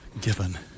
given